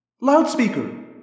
Loudspeaker